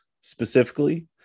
specifically